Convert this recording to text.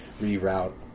reroute